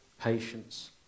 patience